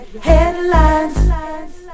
headlines